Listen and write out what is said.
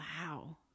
Wow